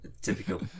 Typical